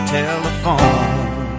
telephone